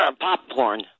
Popcorn